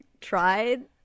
tried